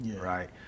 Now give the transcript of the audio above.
right